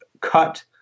cut